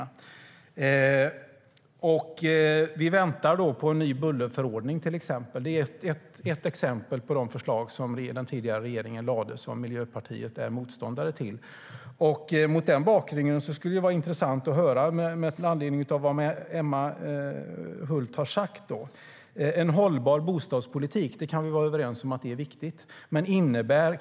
En hållbar bostadspolitik, talar hon om. Vi kan vara överens om att en hållbar bostadspolitik är viktig.